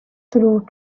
through